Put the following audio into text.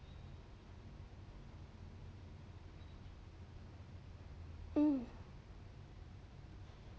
hmm